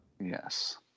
Yes